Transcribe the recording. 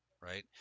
Right